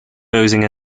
posing